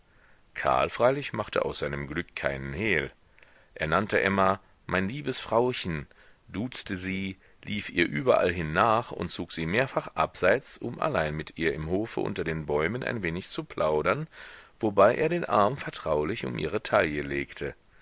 karl freilich machte aus seinem glück kein hehl er nannte emma mein liebes frauchen duzte sie lief ihr überallhin nach und zog sie mehrfach abseits um allein mit ihr im hofe unter den bäumen ein wenig zu plaudern wobei er den arm vertraulich um ihre taille legte